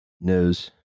news